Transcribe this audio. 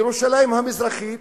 ירושלים המזרחית